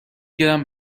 گرم